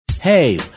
Hey